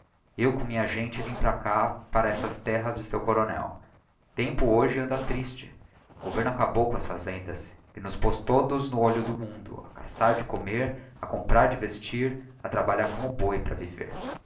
eu com minha gente vim para cá para essas terras de seu coronel tempo hoje anda tristb governo acabou com as fazendas e nos poz todos no olho do mundo a caçar de comer a comprar de vestir a trabalhar como boi para viver